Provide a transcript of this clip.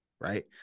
Right